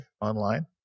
online